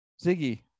Ziggy